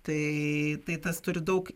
tai tai tas turi daug